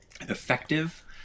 effective